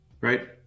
right